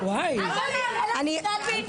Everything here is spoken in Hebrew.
ועדיין אני אומרת לך,